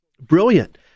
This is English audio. Brilliant